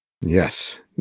Yes